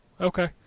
Okay